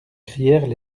crièrent